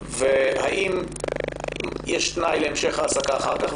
האם יש תנאי להמשך העסקה אחר כך?